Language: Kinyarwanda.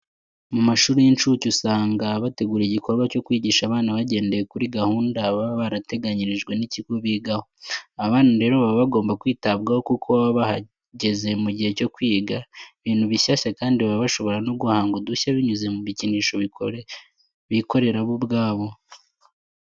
Mu mashuri y'inshuke usanga bategura igikorwa cyo kwigisha abana bagendeye kuri gahunda baba barateganyirijwe n'ikigo bigaho. Aba bana rero baba bagomba kwitabwaho kuko baba bageze mu gihe cyo kwiga ibintu bishyashya kandi baba bashobora no guhanga udushya binyuze mu bikinisho bikorera bo ubwabo.